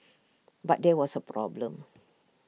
but there was A problem